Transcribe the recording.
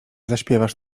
zaśpiewasz